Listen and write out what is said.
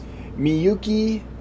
Miyuki